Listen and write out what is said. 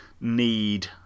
need